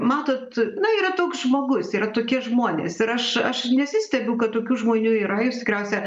matot na yra toks žmogus yra tokie žmonės ir aš aš nesistebiu kad tokių žmonių yra jūs tikriausia